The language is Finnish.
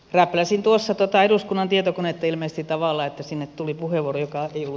räpläsin tuossa tätä eduskunnan tietokoneet ilmensi tavalla että sinne tuli puhelu riittää puhemies